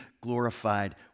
glorified